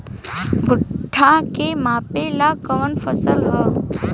भूट्टा के मापे ला कवन फसल ह?